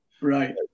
right